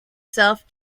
self